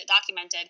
documented